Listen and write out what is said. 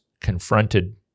confronted